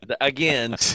Again